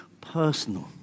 personal